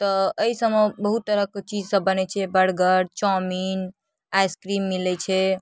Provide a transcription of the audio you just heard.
तऽ एहिसबमे बहुत तरहके चीजसब बनै छै बर्गर चाउमिन आइसक्रीम मिलै छै